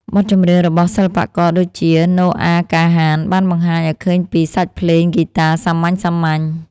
បទចម្រៀងរបស់សិល្បករដូចជា ណូអា កាហាន បានបង្ហាញឱ្យឃើញពី សាច់ភ្លេងហ្គីតាសាមញ្ញៗ។